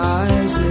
eyes